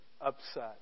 upset